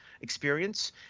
experience